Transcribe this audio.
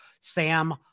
Sam